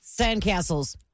Sandcastles